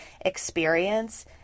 experience